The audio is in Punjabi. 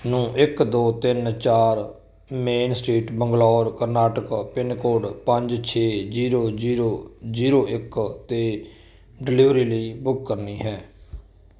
ਨੂੰ ਇੱਕ ਦੋ ਤਿੰਨ ਚਾਰ main street Bangalore Karnataka pincode ਪੰਜ ਛੇ ਜੀਰੋ ਜੀਰੋ ਜੀਰੋ ਇੱਕ 'ਤੇ ਡਿਲਿਵਰੀ ਲਈ ਬੁੱਕ ਕਰਨੀ ਹੈ